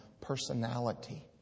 personality